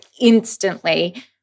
instantly